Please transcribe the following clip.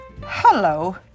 Hello